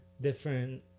different